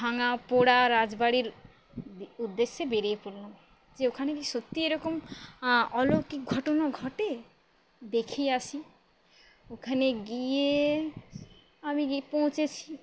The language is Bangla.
ভাঙা পোড়া রাজবাড়ির উদ্দেশ্যে বেরিয়ে পড়লাম যে ওখানে কি সত্যি এরকম অলৌকিক ঘটনা ঘটে দেখে আসি ওখানে গিয়ে আমি গিয়ে পৌঁছেছি